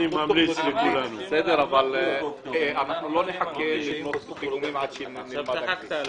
אבל לא נחכה לבנות פיגומים עד שהתקן יתורגם.